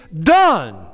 done